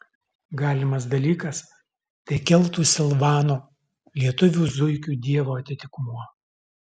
galimas dalykas tai keltų silvano lietuvių zuikių dievo atitikmuo